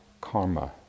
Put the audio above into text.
karma